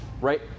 right